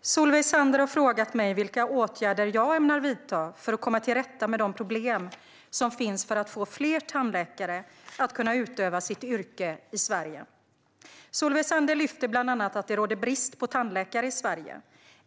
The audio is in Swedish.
Solveig Zander har frågat mig vilka åtgärder jag ämnar vidta för att komma till rätta med de problem som finns för att få fler tandläkare att kunna utöva sitt yrke i Sverige. Solveig Zander lyfter bland annat att det råder brist på tandläkare i Sverige.